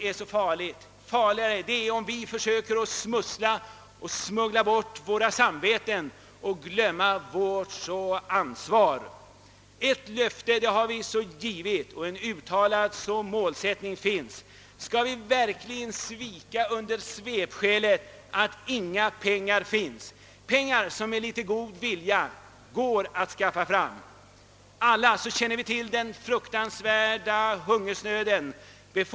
Det är mycket farligare om vi försöker smussla och smuggla bort våra samveten och glömma vårt ansvar. En uttalad målsättning finns, och ett löfte är en gång givet. Skall vi då svika nu med svepskälet att inga pengar finns? Pengar går det ju ändå med litet god vilja att skaffa fram. Alla känner vi till den fruktansvärda hungersnöd som råder i u-länderna.